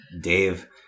Dave